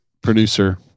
producer